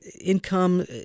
income